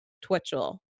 Twitchell